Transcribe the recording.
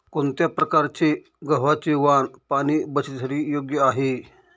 कोणत्या प्रकारचे गव्हाचे वाण पाणी बचतीसाठी योग्य आहे?